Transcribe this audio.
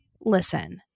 listen